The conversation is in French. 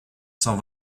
cent